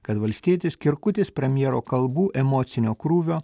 kad valstietis kirkutis premjero kalbų emocinio krūvio